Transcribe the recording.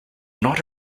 not